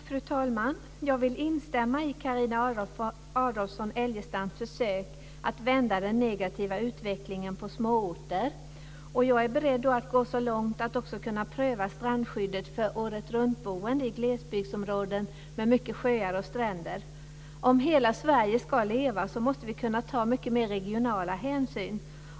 Fru talman! Jag vill instämma i Carina Adolfsson Elgestams försök att vända den negativa utvecklingen i småorter. Jag är beredd att gå så långt att man också ska kunna pröva strandskyddet för åretruntboende i glesbygdsområden med mycket sjöar och stränder. Om hela Sverige ska leva, måste vi kunna ta mycket mera regionala hänsyn.